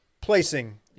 placing